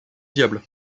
diable